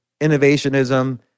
innovationism